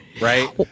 right